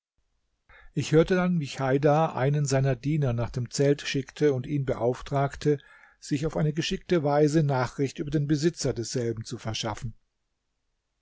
ich hörte dann wie cheidar einen seiner diener nach dem zelt schickte und ihn beauftragte sich auf eine geschickte weise nachricht über den besitzer desselben zu verschaffen